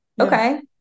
okay